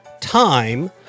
time